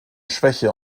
schwäche